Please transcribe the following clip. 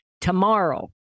tomorrow